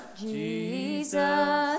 Jesus